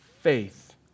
faith